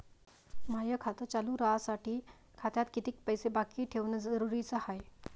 माय खातं चालू राहासाठी खात्यात कितीक पैसे बाकी ठेवणं जरुरीच हाय?